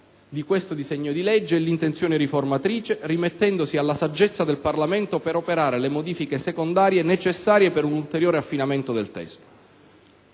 di questo disegno di legge e l'intenzione riformatrice, rimettendosi alla saggezza del Parlamento per operare le modifiche, secondarie, necessarie per un ulteriore affinamento del testo.